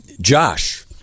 Josh